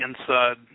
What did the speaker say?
inside